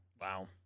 Wow